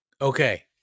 Okay